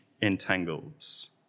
entangles